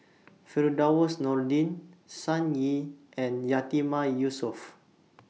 Firdaus Nordin Sun Yee and Yatiman Yusof